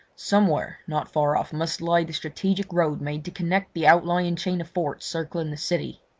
somewhere, not far off, must lie the strategic road made to connect the outlying chain of forts circling the city.